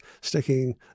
sticking